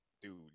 Dude